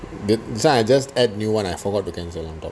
the this one I just add new one I forgot to cancel